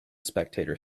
spectator